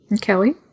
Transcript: Kelly